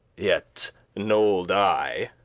yet n'old i,